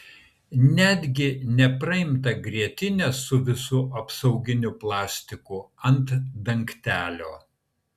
netgi nepraimtą grietinę su visu apsauginiu plastiku ant dangtelio